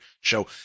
show